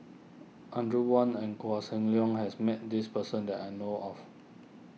Audrey Wong and Koh Seng Leong has met this person that I know of